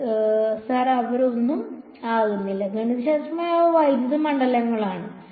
വിദ്യാർത്ഥി സർ അവർ ഒന്നും ആകുന്നില്ല ഗണിതശാസ്ത്രപരമായി അവ വൈദ്യുത മണ്ഡലങ്ങളാണ്